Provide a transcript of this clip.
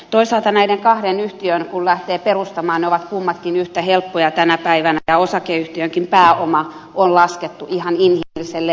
toisaalta näitä kahta yhtiötä kun lähtee perustamaan ne ovat kummatkin yhtä helppoja tänä päivänä ja osakeyhtiönkin pääoma on laskettu ihan inhimilliselle rajalle